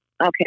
Okay